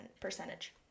percentage